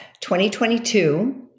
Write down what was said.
2022